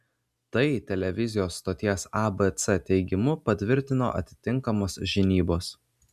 tai televizijos stoties abc teigimu patvirtino atitinkamos žinybos